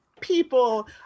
people